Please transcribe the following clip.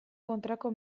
kontrako